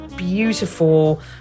Beautiful